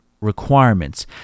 requirements